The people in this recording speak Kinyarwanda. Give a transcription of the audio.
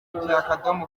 igihecom